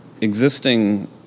Existing